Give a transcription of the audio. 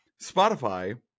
Spotify